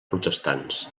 protestants